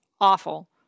awful